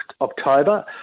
October